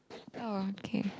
oh okay